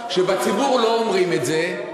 שבציבור לא אומרים את זה,